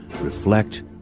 reflect